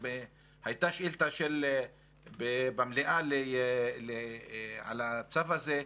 הייתה שאילתה במליאה על הצו הזה.